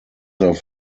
auf